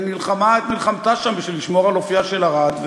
היא נלחמה את מלחמתה שם בשביל לשמור על אופייה של ערד,